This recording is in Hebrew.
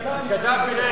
קדאפי, לקדאפי לך.